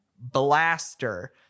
Blaster